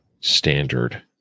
standard